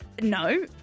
no